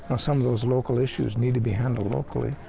some of those local issues need to be handled locally.